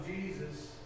Jesus